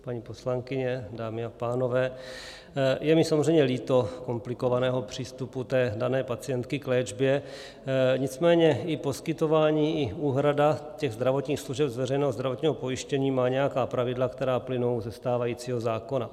Paní poslankyně, dámy a pánové, je mi samozřejmě líto komplikovaného přístupu té dané pacientky k léčbě, nicméně poskytování i úhrada těch zdravotních služeb z veřejného zdravotního pojištění má nějaká pravidla, která plynou ze stávajícího zákona.